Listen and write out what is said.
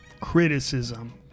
criticism